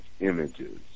images